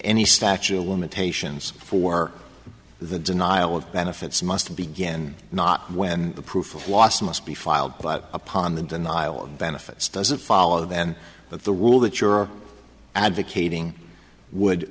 any statute of limitations for the denial of benefits must begin not when the proof of loss must be filed but upon the denial of benefits doesn't follow then but the rule that you're advocating would